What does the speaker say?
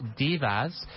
divas